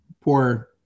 poor